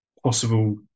possible